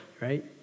right